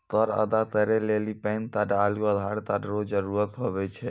कर अदा करै लेली पैन कार्ड आरू आधार कार्ड रो जरूत हुवै छै